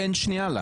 זה מכלול נסיבות.